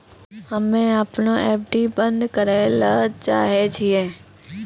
हम्मे अपनो एफ.डी बन्द करै ले चाहै छियै